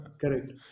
Correct